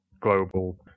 global